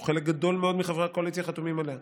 חלק גדול מאוד מחברי הקואליציה חתומים עליה.